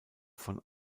von